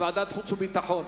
בוועדת החוץ והביטחון.